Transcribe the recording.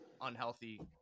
unhealthy